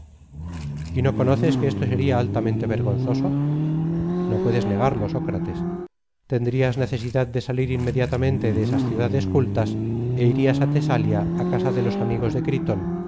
y no conoces que esto seria altamente vergonzoso no puedes negarlo sócrates tendrías necesidad de salir inmediatamente de esas ciudades cultas é irias á tesalia á casa de los amigos de criton